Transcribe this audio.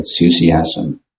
enthusiasm